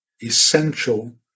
essential